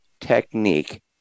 technique